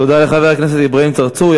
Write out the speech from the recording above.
תודה לחבר הכנסת אברהים צרצור.